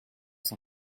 cent